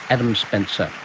adam spencer,